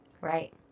Right